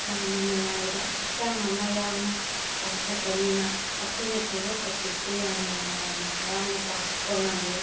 ꯌꯥꯝꯅ ꯅꯨꯡꯉꯥꯏꯕ ꯍꯛꯆꯥꯡ ꯑꯃ ꯌꯥꯎꯅ ꯄꯥꯡꯊꯣꯛꯄꯅꯤꯅ ꯑꯩꯈꯣꯏꯅ ꯊꯕꯛ ꯑꯗꯨꯁꯨ ꯌꯥꯝꯅ ꯅꯨꯡꯉꯥꯏꯅ ꯍꯔꯥꯎꯅ ꯄꯥꯡꯊꯣꯛꯄ ꯉꯝꯃꯤ